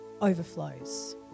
overflows